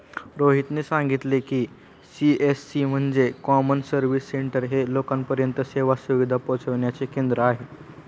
रोहितने सांगितले की, सी.एस.सी म्हणजे कॉमन सर्व्हिस सेंटर हे लोकांपर्यंत सेवा सुविधा पोहचविण्याचे केंद्र आहे